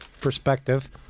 perspective